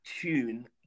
tune